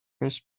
Chris